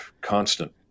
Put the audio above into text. constant